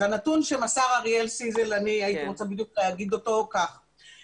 אז הנתון שמסר אריאל סיזל אני הייתי רוצה בדיוק להגיד אותו כך,